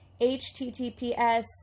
https